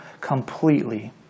completely